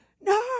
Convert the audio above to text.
no